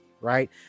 Right